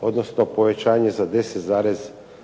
odnosno povećanje za 10,3%